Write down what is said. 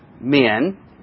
men